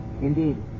Indeed